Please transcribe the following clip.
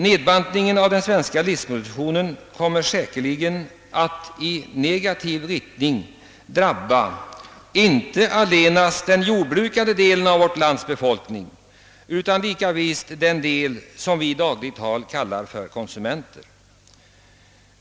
Nedbantningen av den svenska livsmedelsproduktionen kommer säkerligen att drabba inte allenast den jordbrukande delen av vårt lands befolkning utan också den del som utgörs av konsumenterna.